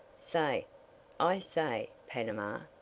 say aye say panama,